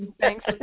Thanks